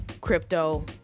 crypto